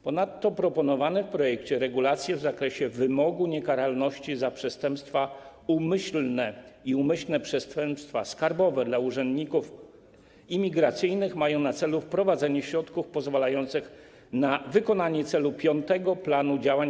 Ponadto proponowane w projekcie regulacje w zakresie wymogu niekaralności za przestępstwa umyślne i umyślne przestępstwa skarbowe dla urzędników imigracyjnych mają na celu wprowadzenie środków pozwalających na wykonanie celu nr 5 planu działań